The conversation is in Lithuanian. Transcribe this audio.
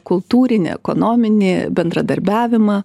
kultūrinį ekonominį bendradarbiavimą